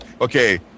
okay